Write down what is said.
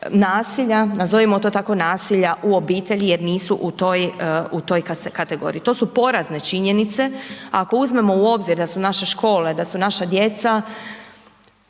nasilja, nazovimo to tako nasilja u obitelji jer nisu u toj kategoriji, to su porazne činjenice. Ako uzmemo u obzir da u naše škole, da su naša djeca